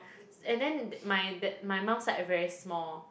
and then my dad my mum side a very small